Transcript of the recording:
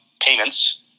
payments